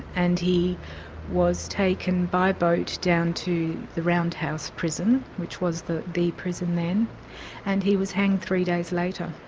and he was taken by boat down to the round house prison, which was the the prison then and he was hanged three days later.